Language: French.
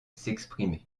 s’exprimer